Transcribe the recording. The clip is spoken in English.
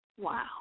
Wow